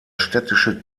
städtische